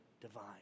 divine